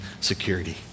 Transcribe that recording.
security